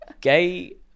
gay